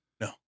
No